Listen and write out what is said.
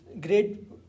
great